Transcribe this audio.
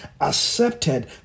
accepted